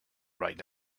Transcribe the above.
right